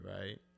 right